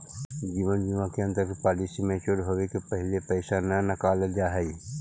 जीवन बीमा के अंतर्गत पॉलिसी मैच्योर होवे के पहिले पैसा न नकालल जाऽ हई